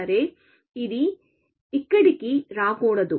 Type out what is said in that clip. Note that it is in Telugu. సరే అది ఇక్కడికి రాకూడదు